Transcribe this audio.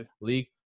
league